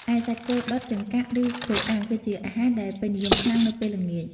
ឯសាច់គោដុតចង្កាក់ ឬគោអាំង គឺជាអាហារដែលពេញនិយមខ្លាំងនៅពេលល្ងាច ។